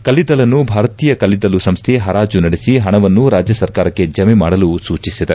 ಕಲ್ಲಿದ್ದಲನ್ನು ಭಾರತೀಯ ಕಲ್ಲಿದ್ದಲು ಸಂಸ್ಥೆ ಪರಾಜು ನಡೆಸಿ ಪಣವನ್ನು ರಾಜ್ಞ ಸರ್ಕಾರಕ್ಷೆ ಜಮೆ ಮಾಡಲು ಸೂಚಿಸಿದೆ